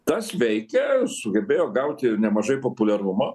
tas veikia sugebėjo gauti ir nemažai populiarumo